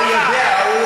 זה היחס.